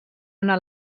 una